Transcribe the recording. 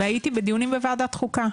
והייתי בדיונים בוועדת חוקה.